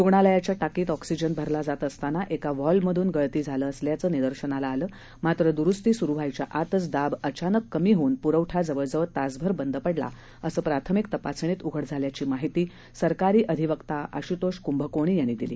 रुग्णालयाच्या टाकीत ऑक्सीजन भरला जात असताना एका व्हॉल्वमधून गळती होत असल्याचं निदर्शनास आलं मात्र दुरुस्ती सुरु व्हायच्या आतच दाब अचानक कमी होऊन पुरवठा जवळ जवळ तासभर बंद पडला असं प्राथमिक तपासणीत उघड झाल्याची माहिती सरकारी अधिवक्ता आशुतोष कुंभकोणी यांनी दिली